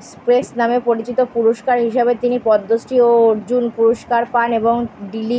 express নামে পরিচিত পুরস্কার হিসাবে তিনি পদ্মশ্রী ও অর্জুন পুরস্কার পান এবং ডি লিট